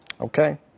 Okay